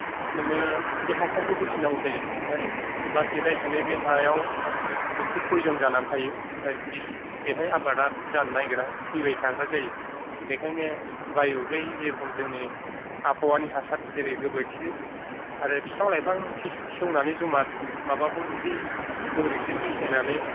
नोङो बे हासारखौ होफिन्नांगौ जायो ओमफ्राय लासै लासैनो बे हायाव मोनसे पयजन जानानै थायो ओ बिष बेहाय आबादा जानो नागिरा थैबाय थाग्रा जायो बेखायनो बायु बै जिरोखोम जोंनि आबहावानि हासार जेरै गोबोरखि आरो फिफां लाइफां सेवनानै जमा माबाखौ जुदि गोबोरखिजों मिसायनानै